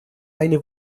eine